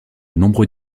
nombreux